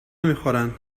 نمیخورن